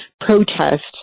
protest